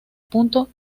punto